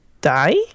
die